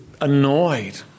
annoyed